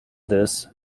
this